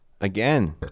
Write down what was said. again